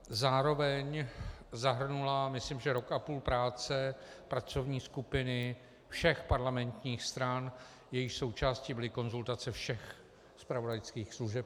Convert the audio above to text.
Zároveň zahrnula myslím rok a půl práce pracovní skupiny všech parlamentních stran, jejichž součástí byly konzultace všech zpravodajských služeb.